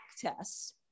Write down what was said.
tests